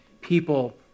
people